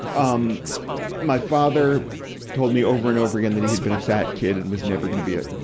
um my father told me over and over again that he had been a fat kid and was never gonna be a,